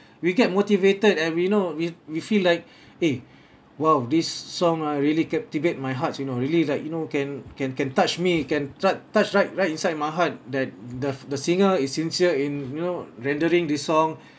we get motivated and we know we we feel like eh !wow! this song ah really captivate my hearts you know really like you know can can can touch me can tou~ touch right right inside my heart that the the singer is sincere in you know rendering this song